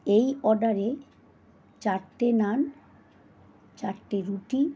এই অর্ডারে চারটে নান চারটে রুটি